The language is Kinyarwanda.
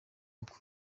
gihugu